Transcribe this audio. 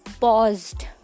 paused